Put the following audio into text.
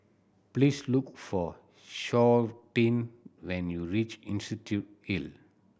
please look for Shawnte when you reach Institution Hill